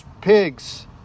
pigs